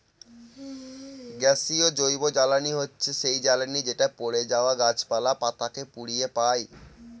গ্যাসীয় জৈবজ্বালানী হচ্ছে সেই জ্বালানি যেটা পড়ে যাওয়া গাছপালা, পাতা কে পুড়িয়ে পাই